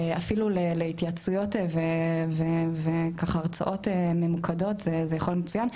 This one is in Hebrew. אפילו להתייעצויות והרצאות ממוקדות זה יכול להיות מצוין,